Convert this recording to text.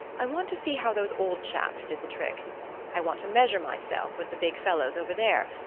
i want to see how those old chaps did the trick i want to measure myself with the big fellows over there.